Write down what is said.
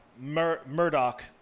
Murdoch